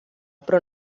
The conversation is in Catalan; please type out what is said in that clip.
però